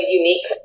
unique